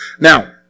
Now